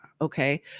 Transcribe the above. okay